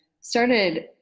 started